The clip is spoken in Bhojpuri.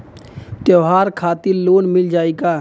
त्योहार खातिर लोन मिल जाई का?